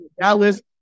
Dallas